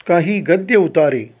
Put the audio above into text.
काही गद्य उतारे